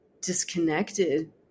disconnected